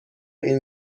این